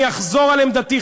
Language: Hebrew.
אני אחזור על עמדתי,